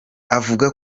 avuga